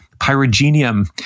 pyrogenium